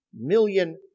million